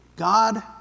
God